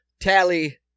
Tally